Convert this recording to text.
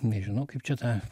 nežinau kaip čia tą